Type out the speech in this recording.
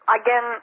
again